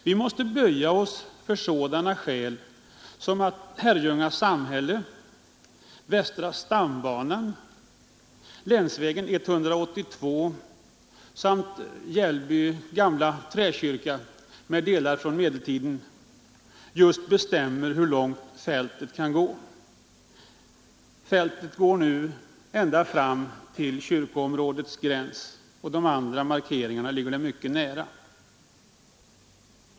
Vi måste böja oss för sådana skäl som att Herrljunga samhälle, västra stambanan, länsväg nr 182 samt Jällby gamla träkyrka med delar från medeltiden helt bestämmer hur långt fältet kan utsträckas. Fältet går nu ända fram till kyrkoområdets gräns, och de andra markeringarna ligger mycket nära.